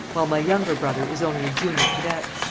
while my younger brother is only a junior cadet.